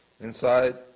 inside